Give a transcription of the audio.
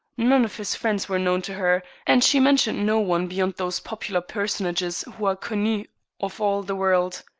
none of his friends were known to her, and she mentioned no one beyond those popular personages who are connu of all the world.